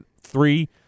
Three